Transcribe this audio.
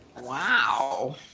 Wow